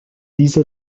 diese